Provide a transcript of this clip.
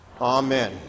Amen